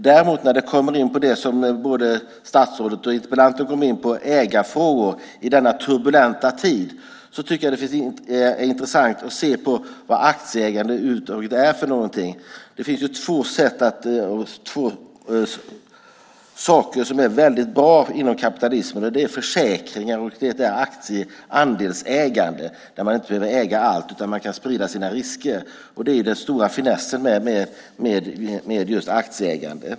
Däremot när det kommer in på det som både statsrådet och interpellanten kommer in på, ägarfrågor i denna turbulenta tid, tycker jag att det är intressant att se vad aktieägande över huvud taget är för något. Det finns två saker som är väldigt bra inom kapitalismen. Det är försäkringar och andelsägande, där man inte behöver äga allt utan kan sprida sina risker. Det är den stora finessen med just aktieägande.